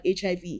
HIV